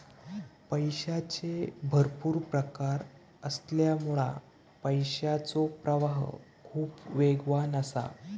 पैशाचे भरपुर प्रकार असल्यामुळा पैशाचो प्रवाह खूप वेगवान असा